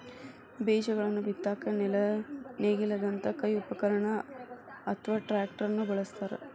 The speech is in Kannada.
ಬೇಜಗಳನ್ನ ಬಿತ್ತಾಕ ನೇಗಿಲದಂತ ಕೈ ಉಪಕರಣ ಅತ್ವಾ ಟ್ರ್ಯಾಕ್ಟರ್ ನು ಬಳಸ್ತಾರ